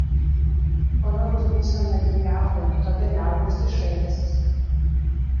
kolegos būsena jį jaudina todėl liaujuosi šaipęsis